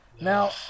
Now